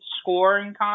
scoring